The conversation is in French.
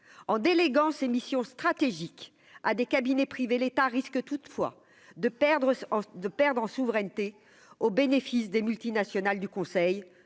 en déléguant ses missions stratégiques à des cabinets privés, l'État risque toutefois de perdre de perdre en souveraineté au bénéfices des multinationales du Conseil,